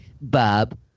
Bob